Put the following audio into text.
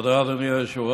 תודה, אדוני היושב-ראש.